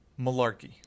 Malarkey